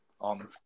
on